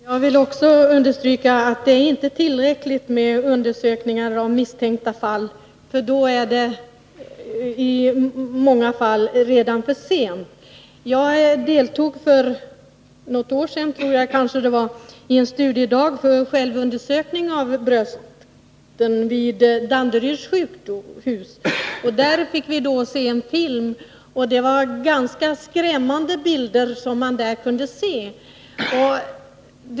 Herr talman! Också jag vill understryka att det inte är tillräckligt med undersökningar av misstänkta fall. Vid upptäckt av cancer i de fallen kan det ofta vara för sent. Jag deltog för något år sedan i en studiedag vid Danderyds sjukhus som handlade om självundersökning av brösten. Där fick vi se en film som bl.a. visade bröstcancerfall, och det var ganska skrämmande bilder.